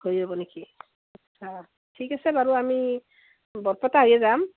হৈ যাব নেকি আচ্ছা ঠিক আছে বাৰু আমি বৰপেটা হৈয়ে যাম